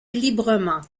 librement